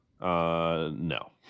No